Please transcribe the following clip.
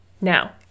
Now